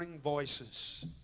voices